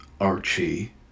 Archie